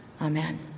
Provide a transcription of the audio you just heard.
Amen